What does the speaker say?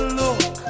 look